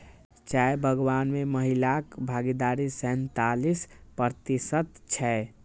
चाय बगान मे महिलाक भागीदारी सैंतालिस प्रतिशत छै